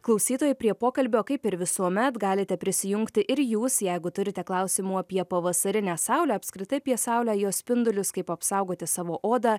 klausytojai prie pokalbio kaip ir visuomet galite prisijungti ir jūs jeigu turite klausimų apie pavasarinę saulę apskritai apie saulę jos spindulius kaip apsaugoti savo odą